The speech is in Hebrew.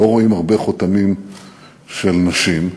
של נשים,